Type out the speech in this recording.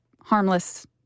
harmless